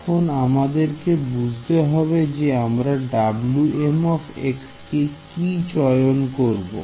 এখন আমাদের বুঝতে হবে যে আমরা Wm কে কি চয়ন করব